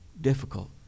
difficult